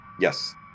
Yes